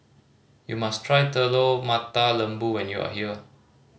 you must try Telur Mata Lembu when you are here